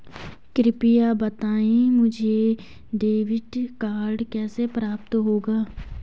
कृपया बताएँ मुझे डेबिट कार्ड कैसे प्राप्त होगा?